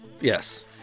yes